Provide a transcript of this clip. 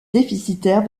déficitaire